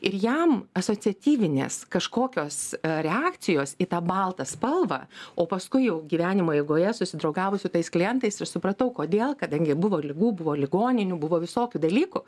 ir jam asociatyvinės kažkokios reakcijos į tą baltą spalvą o paskui jau gyvenimo eigoje susidraugavus su tais klientais ir supratau kodėl kadangi buvo ligų buvo ligoninių buvo visokių dalykų